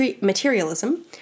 materialism